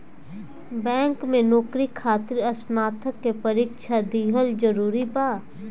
Bank में नौकरी खातिर स्नातक के परीक्षा दिहल जरूरी बा?